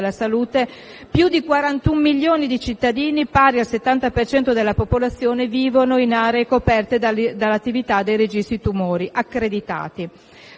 più di 41 milioni di cittadini, pari al 70 per cento della popolazione, vivono in aree coperte dall'attività dei registri tumori accreditati.